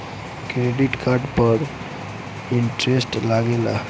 Credit card पर interest लागेला?